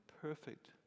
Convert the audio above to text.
perfect